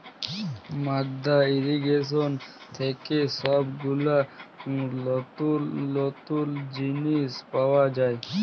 মাদ্দা ইর্রিগেশন থেক্যে সব গুলা লতুল লতুল জিলিস পাওয়া যায়